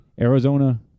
Arizona